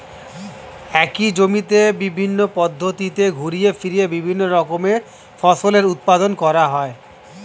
একই জমিতে বিভিন্ন পদ্ধতিতে ঘুরিয়ে ফিরিয়ে বিভিন্ন রকমের ফসলের উৎপাদন করা হয়